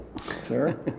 Sir